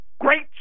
great